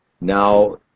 now